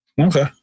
Okay